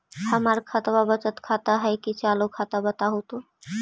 हमर खतबा बचत खाता हइ कि चालु खाता, बताहु तो?